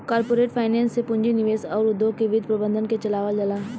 corporate finance से पूंजी निवेश अउर उद्योग के वित्त प्रबंधन के चलावल जाला